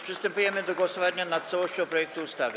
Przystępujemy do głosowania nad całością projektu ustawy.